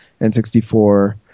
N64